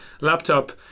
laptop